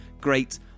great